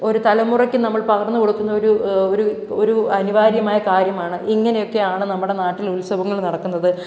ഒരു തലമുറയ്ക്ക് നമ്മള് പകര്ന്നു കൊടുക്കുന്ന ഒരു ഒരു ഒരു അനിവാര്യമായ കാര്യമാണ് ഇങ്ങനെയൊക്കെ ആണ് നമ്മുടെ നാട്ടില് ഉത്സവങ്ങള് നടക്കുന്നത്